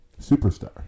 superstar